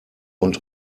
und